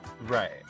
right